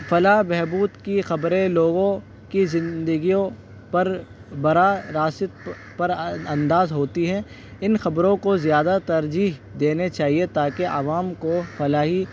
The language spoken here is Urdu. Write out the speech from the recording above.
فلاح بہبود کی خبریں لوگوں کی زندگیوں پر براہ راست پر انداز ہوتی ہیں ان خبروں کو زیادہ ترجیح دینے چاہیے تاکہ عوام کو فلاحی